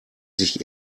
sich